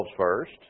first